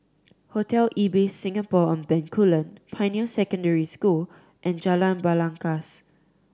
Hotel Ibis Singapore On Bencoolen Pioneer Secondary School and Jalan Belangkas